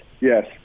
yes